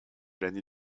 l’année